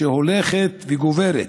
שהולכת וגוברת.